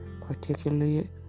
particularly